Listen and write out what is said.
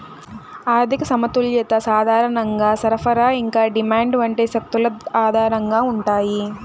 ఆర్థిక సమతుల్యత సాధారణంగా సరఫరా ఇంకా డిమాండ్ వంటి శక్తుల ఆధారంగా ఉంటాయి